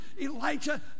Elijah